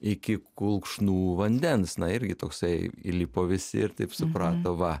iki kulkšnų vandens na irgi toksai įlipo visi ir taip supranto va